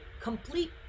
complete